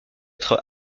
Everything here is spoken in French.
être